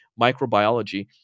microbiology